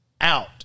out